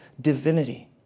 divinity